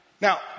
Now